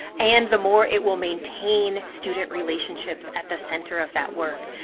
and the more it will maintain student relationships at the center of that work.